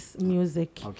Music